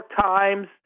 Times